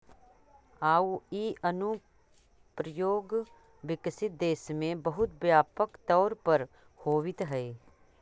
आउ इ अनुप्रयोग विकसित देश में बहुत व्यापक तौर पर होवित हइ